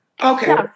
Okay